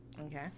okay